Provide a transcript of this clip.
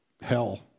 hell